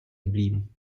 geblieben